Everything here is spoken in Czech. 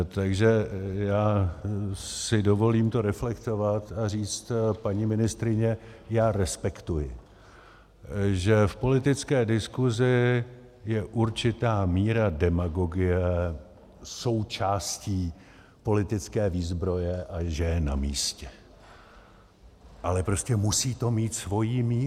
Takže já si dovolím to reflektovat a říct: Paní ministryně, já respektuji, že v politické diskusi je určitá míra demagogie součástí politické výzbroje a že je namístě, ale prostě to musí mít svoji míru.